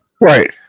right